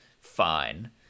fine